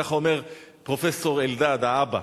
ככה אומר פרופסור אלדד האבא,